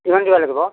কিমান দিবা লাগিব